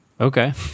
Okay